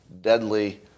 deadly